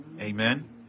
Amen